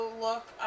look